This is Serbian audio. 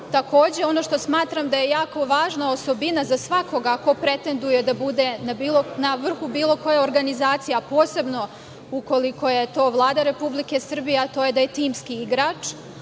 Takođe, ono što smatram da je jako važna osobina za svakoga ko pretenduje da bude na vrhu bilo koje organizacije, a posebno, ukoliko je to Vlada Republike Srbije, a to je da je timski igrač,